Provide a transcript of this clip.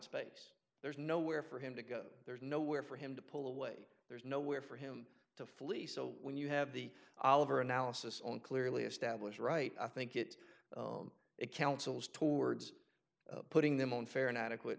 space there's nowhere for him to go there's nowhere for him to pull away there's nowhere for him to flee so when you have the oliver analysis on clearly established right i think it it counsels towards putting them on fair and adequate